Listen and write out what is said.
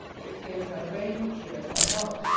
it clears my brain, cheers my heart,